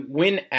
win